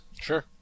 Sure